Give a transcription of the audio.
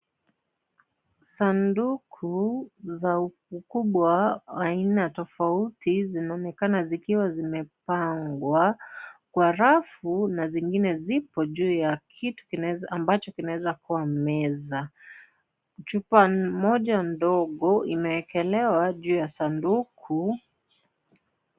Sanduku za ukubwa aina tofauti zinaonekana zikiwa zimepangwa Kwa rafu kuna zingine zipo juu ya kitu ambacho kinaezakuwa meza. Chupa moja ndogo imeekelewa juu ya sanduku .